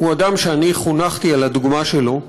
הוא אדם שחונכתי על הדוגמה שלו: